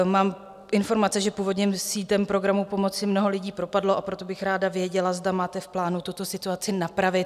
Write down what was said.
Mám informace, že původně sítem programu pomoci mnoho lidí propadlo, a proto bych ráda věděla, zda máte v plánu tuto situaci napravit.